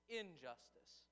injustice